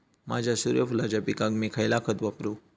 माझ्या सूर्यफुलाच्या पिकाक मी खयला खत वापरू?